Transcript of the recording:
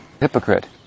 hypocrite